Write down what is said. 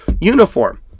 uniform